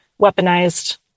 weaponized